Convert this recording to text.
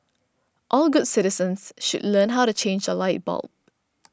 all good citizens should learn how to change a light bulb